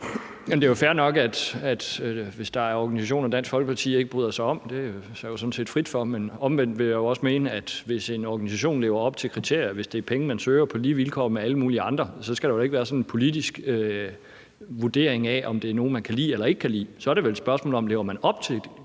bryder sig om; det står jo sådan set enhver frit for. Men omvendt vil jeg også mene, at hvis en organisation lever op til nogle kriterier og hvis det er penge, man søger på lige vilkår med alle mulige andre, skal der vel ikke være sådan en politisk vurdering af, om det er nogen, man kan lide eller ikke kan lide. Så er det vel et spørgsmål om, om man lever op til kriterierne